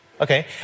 Okay